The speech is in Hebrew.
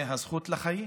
מהזכות לחיים?